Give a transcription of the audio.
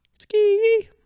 Ski